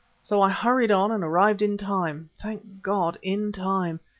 so i hurried on and arrived in time thank god in time!